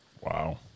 Wow